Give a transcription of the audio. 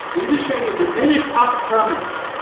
neither shall ye diminish ought from it,